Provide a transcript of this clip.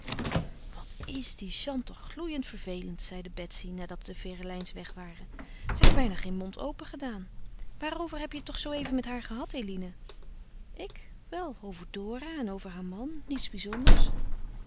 wat is die jeanne toch gloeiend vervelend zeide betsy nadat de ferelijns weg waren zij heeft bijna geen mond opengedaan waarover heb je het toch zooeven met haar gehad eline ik wel over dora en over haar man niets bizonders